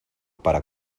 para